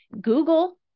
Google